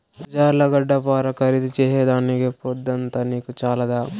బజార్ల గడ్డపార ఖరీదు చేసేదానికి పొద్దంతా నీకు చాలదా